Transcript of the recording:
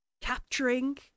Capturing